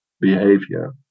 behavior